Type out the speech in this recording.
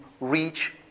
reach